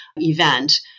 event